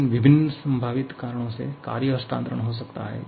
लेकिन विभिन्न संभावित कारणों से कार्य हस्तांतरण हो सकता है